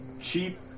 cheap